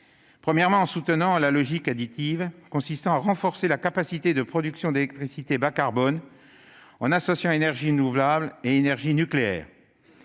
convient de soutenir la logique additive consistant à renforcer la capacité de production d'électricité bas-carbone, en associant énergies renouvelables et énergie nucléaire.